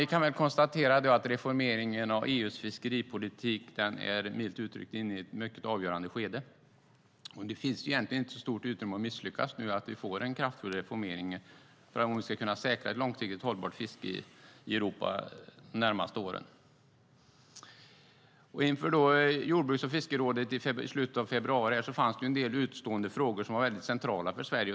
Vi kan konstatera att reformeringen av EU:s fiskeripolitik milt uttryckt är inne i ett avgörande skede. Det finns egentligen inte stort utrymme att misslyckas när det gäller att få en kraftfull reformering för att kunna säkra ett långsiktigt hållbart fiske i Europa. Inför jordbruks och fiskerådet i slutet av februari fanns en del utestående frågor som var centrala för Sverige.